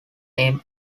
name